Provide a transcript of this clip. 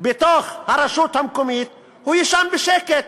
ברשות המקומית, הוא יישן בשקט.